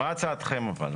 מה הצעתכם אבל?